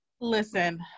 listen